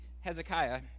Hezekiah